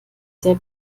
sehr